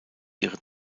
ihre